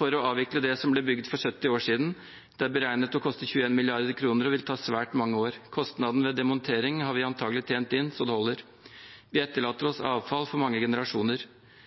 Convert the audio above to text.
for å avvikle det som ble bygd for 70 år siden. Det er beregnet å koste 21 mrd. kr og vil ta svært mange år. Kostnaden ved demontering har vi antakelig tjent inn så det holder. Vi etterlater